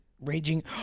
raging